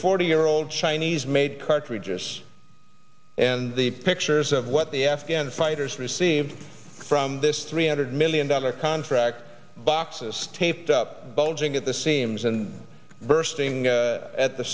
forty year old chinese made cartridges and the pictures of what the afghan fighters received from this three hundred million dollar contract boxes taped up bulging at the seams and bursting at the